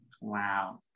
Wow